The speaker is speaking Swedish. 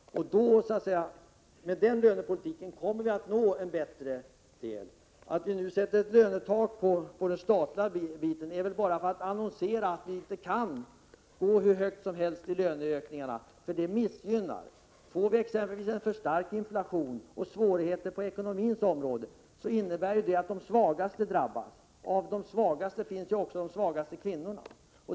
Med en solidarisk lönepolitik når vi dit. Att nu sätta ett lönetak på den statliga sidan är bara att annonsera att ni inte kan gå hur långt som helst när det gäller löneökningarna utan att vissa grupper missgynnas. Får vi exempelvis en stark inflation och svårigheter på ekonomiområdet, innebär det att de svagaste drabbas. Bland de svagaste finns också de svagaste kvinnorna.